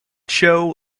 show